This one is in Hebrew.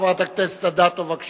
חברת הכנסת אדטו, בבקשה,